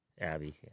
abby